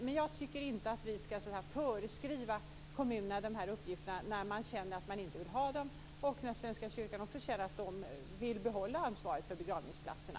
Men jag tycker inte att vi skall föreskriva kommunerna dessa uppgifter när de känner att de inte vill ha dem och när Svenska kyrkan vill behålla ansvaret för begravningsplatserna.